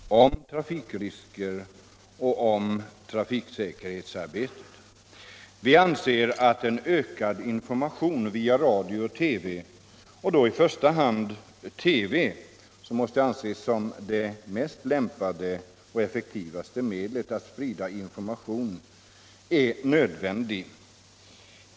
Herr talman! Vänsterpartiet kommunisterna tar i motionen 1975/76:1547 upp två väsentliga frågor som rör trafiksäkerheten. Det gäller betydelsen av ökad information om trafikrisker och om trafiksäkerhetsarbetet. Vi anser att en ökad information via radio och TV - och då i första hand TV, som måste anses som det lämpligaste och effektivaste medlet att sprida information — är nödvändig.